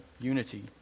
Unity